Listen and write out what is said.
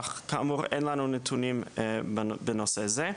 אך כאמור, אין לנו נתונים בנושא זה.